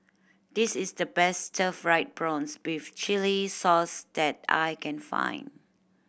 this is the best fried prawns with chili sauce that I can find